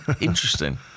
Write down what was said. Interesting